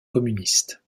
communistes